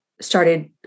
started